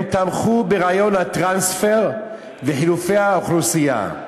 הם תמכו ברעיון הטרנספר וחילופי האוכלוסייה.